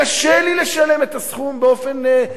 קשה לי לשלם את הסכום ככה,